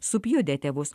supjudė tėvus